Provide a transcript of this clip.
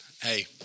hey